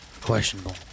Questionable